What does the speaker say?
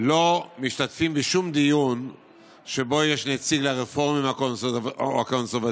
לא משתתפים בשום דיון שבו יש נציג הרפורמים או הקונסרבטיבים.